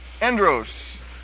Andros